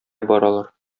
баралар